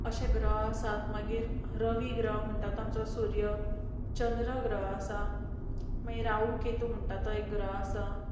अशे ग्रह आसात मागीर रवि ग्रह म्हणटात तो आमचो सूर्य चंद्र ग्रह आसा मागीर राहु केतू म्हणटात तो एक ग्रह आसा